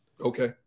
Okay